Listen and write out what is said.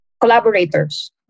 collaborators